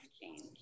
change